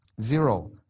Zero